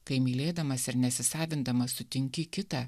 kai mylėdamas ir nesisavindamas sutinki kitą